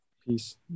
Peace